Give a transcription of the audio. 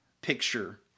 picture